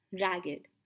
ragged